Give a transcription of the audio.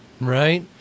Right